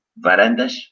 Varandas